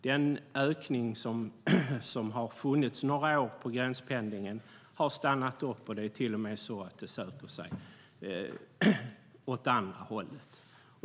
Den ökning av gränspendlingen som har varat några år har stannat av, och det är till och med så att det går åt andra hållet.